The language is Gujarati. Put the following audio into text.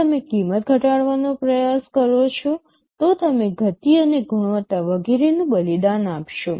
જો તમે કિંમત ઘટાડવાનો પ્રયાસ કરો છો તો તમે ગતિ અને ગુણવત્તા વગેરેનું બલિદાન આપશો